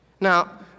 Now